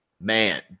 Man